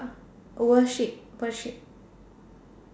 worship worship